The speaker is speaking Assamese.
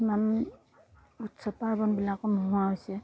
কিছুমান উৎসৱ পাৰ্বণবিলাকো নোহোৱা হৈছে